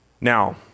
Now